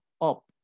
up